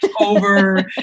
over